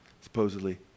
supposedly